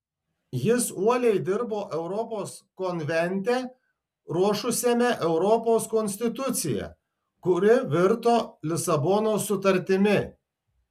jis uoliai dirbo europos konvente ruošusiame europos konstituciją kuri virto lisabonos sutartimi